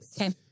Okay